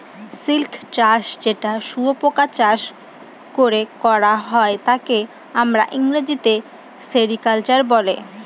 silk চাষ যেটা শুয়োপোকা চাষ করে করা হয় তাকে আমরা ইংরেজিতে সেরিকালচার বলে